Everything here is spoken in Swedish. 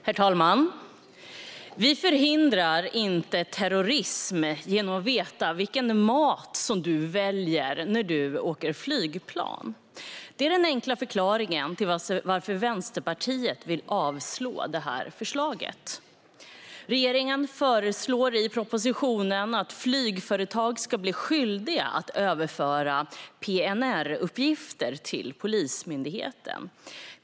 Herr talman! Vi förhindrar inte terrorism genom att veta vilken mat man väljer när man åker flygplan. Det är den enkla förklaringen till att Vänsterpartiet vill avslå det här förslaget. Regeringen föreslår i propositionen att flygföretag ska bli skyldiga att överföra PNR-uppgifter till Polismyndigheten.